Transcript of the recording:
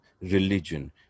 religion